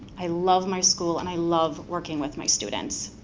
i love my school, and i love working with my students.